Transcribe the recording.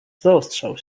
zaostrzał